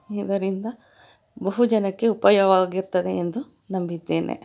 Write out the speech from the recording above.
ಇದರಿಂದ ಬಹುಜನಕ್ಕೆ ಉಪಾಯವಾಗುತ್ತದೆ ಎಂದು ನಂಬಿದ್ದೇನೆ